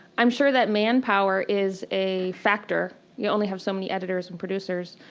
i'm sure that manpower is a factor. you only have so many editors and producers.